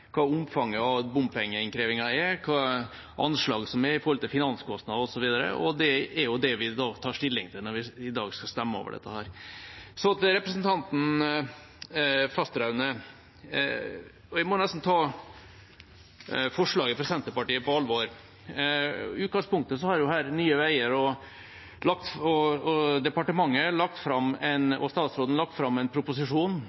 hva omfanget av bompengeinnkrevingen er, hvilke anslag som er med hensyn til finanskostnader, osv., og det er det vi tar stilling til når vi i dag skal stemme over dette. Så til representanten Fasteraune: Jeg må nesten ta forslaget fra Senterpartiet på alvor. I utgangspunktet har Nye Veier og statsråden her lagt fram en